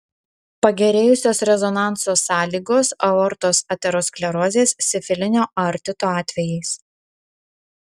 pagerėjusios rezonanso sąlygos aortos aterosklerozės sifilinio aortito atvejais